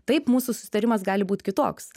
taip mūsų susitarimas gali būt kitoks